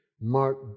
Mark